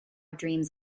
dreams